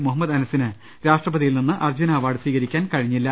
മുഹമ്മദ് അനസിന് രാഷ്ട്രപതിയിൽ നിന്ന് അർജ്ജുന അവാർഡ് സ്വീകരിക്കാൻ കഴിഞ്ഞില്ല